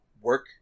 work